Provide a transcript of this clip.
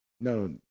No